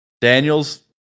Daniel's